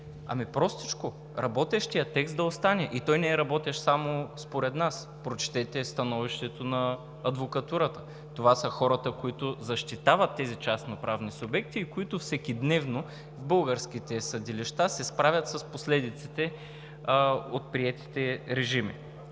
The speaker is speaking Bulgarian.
Ами простичко – работещият текст да остане и той не е работещ само според нас, прочетете становището на адвокатурата. Това са хората, които защитават тези частноправни субекти и които всекидневно в българските съдилища се справят с последиците от приетите режими.